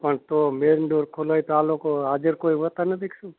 પણ તો main door ખુલ્લો હોય તો આ લોકો હાજર કોઈ નથી હોતા કે શું